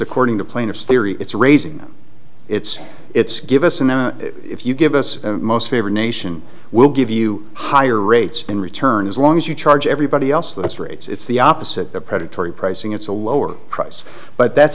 according to plaintiff's theory it's raising them it's it's give us and if you give us most favored nation we'll give you higher rates in return as long as you charge everybody else that's rates it's the opposite of predatory pricing it's a lower price but that